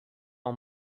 اون